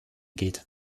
geht